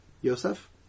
Yosef